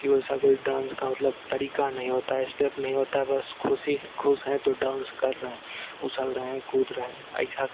कि वैसा कोई डांस का मतलब तरीका नहीं होता है स्टेप नहीं होता है बस खुशी है तो खुश है तो डांस कर रहे हैं उछल रहे हैं कूद रहे हैं ऐसा